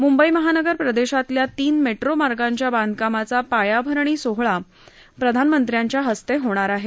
मंबई महानगर प्रदेशातल्या तीन मेट्रो मार्गांच्या बांधकामाचा पायाभरणी सोहळा प्रधानमंत्र्यांच्या हस्ते होणार आहे